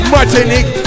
Martinique